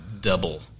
double